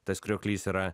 tas krioklys yra